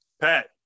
Pat